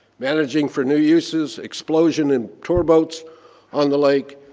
managing for new uses, explosion in tour boats on the lake,